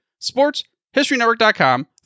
sportshistorynetwork.com